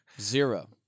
Zero